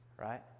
Right